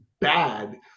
bad